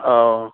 ꯑꯧ